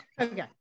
okay